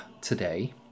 today